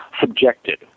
subjected